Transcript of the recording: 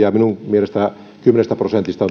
ja minun mielestäni kymmenessä prosentissa on